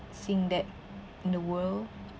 seeing that in the world